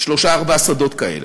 שלושה-ארבעה שדות כאלה,